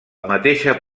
mateixa